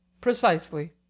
Precisely